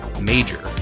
major